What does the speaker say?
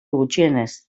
gutxienez